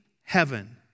heaven